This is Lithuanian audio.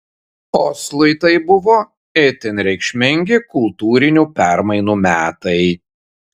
oslui tai buvo itin reikšmingi kultūrinių permainų metai